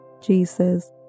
Jesus